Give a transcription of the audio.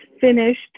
finished